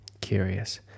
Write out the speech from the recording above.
Curious